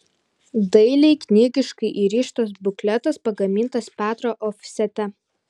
dailiai knygiškai įrištas bukletas pagamintas petro ofsete